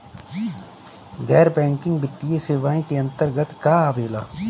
गैर बैंकिंग वित्तीय सेवाए के अन्तरगत का का आवेला?